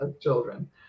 children